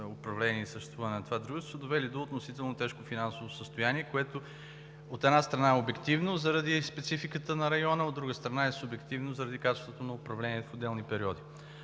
управление и съществуване на това дружество са довели до относително тежко финансово състояние, което, от една страна, е обективно, заради спецификата на района, от друга страна, е субективно, заради качеството на управление в отделни периоди.